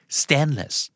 stainless